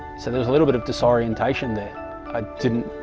so there's a little bit of disorientation that i didn't